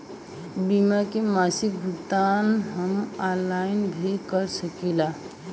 बीमा के मासिक भुगतान हम ऑनलाइन भी कर सकीला?